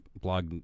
blog